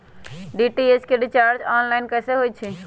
DTH के recharge online कैसे होईछई?